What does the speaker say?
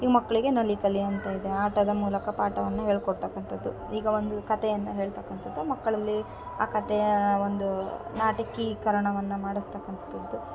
ಈ ಮಕ್ಕಳಿಗೆ ನಲಿಕಲಿ ಅಂತ ಇದೆ ಆಟದ ಮೂಲಕ ಪಾಠವನ್ನು ಹೇಳ್ಕೊಡ್ತಕ್ಕಂಥದ್ದು ಈಗ ಒಂದು ಕತೆಯನ್ನು ಹೇಳ್ತಕ್ಕಂಥದ್ದು ಮಕ್ಕಳಲ್ಲಿ ಆ ಕಥೆಯ ಒಂದು ನಾಟಕೀಕರಣವನ್ನು ಮಾಡ್ಸತಕ್ಕಂಥದ್ದು